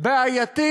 בעייתי,